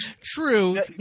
True